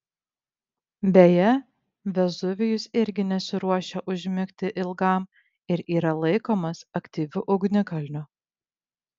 beje vezuvijus irgi nesiruošia užmigti ilgam ir yra laikomas aktyviu ugnikalniu